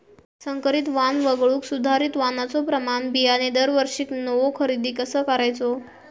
संकरित वाण वगळुक सुधारित वाणाचो प्रमाण बियाणे दरवर्षीक नवो खरेदी कसा करायचो?